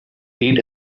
eat